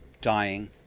dying